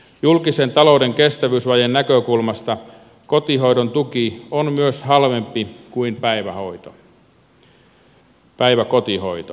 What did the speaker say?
julkisen talouden kestävyysvajeen näkökulmasta kotihoidon tuki on myös halvempi kuin päiväkotihoito